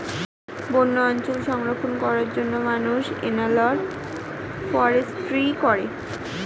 বন্য অঞ্চল সংরক্ষণ করার জন্য মানুষ এনালগ ফরেস্ট্রি করে